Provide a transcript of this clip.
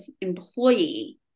employee